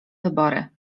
wybory